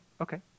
Okay